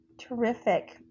terrific